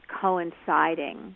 coinciding